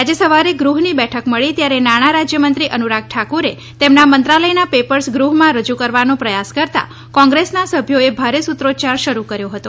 આજે સવારે ગૃહની બેઠક મળી ત્યારે નાંણા રાજ્યમંત્રી અનુરાગ ઠાકુરે તેમના મંત્રાલયના પેપર્સ ગૃહમાં રજૂ કરવાનો પ્રયાસ કરતા કોંગ્રેસના સભ્યોએ ભારે સૂત્રોચ્યાર શરૂ કર્યો હતો